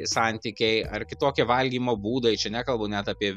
santykiai ar kitokie valgymo būdai čia nekalbu net apie